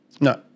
No